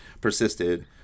Persisted